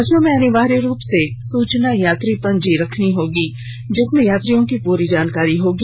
बसों में अनिवार्य रुप से सुचना यात्री पंजी रखनी होगी जिसमें यात्रियों की पुरी जानकारी होगी